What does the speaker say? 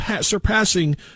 surpassing